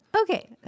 Okay